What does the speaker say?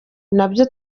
nabyo